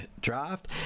draft